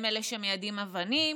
הם אלה שמיידים אבנים,